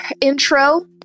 intro